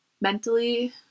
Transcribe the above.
Mentally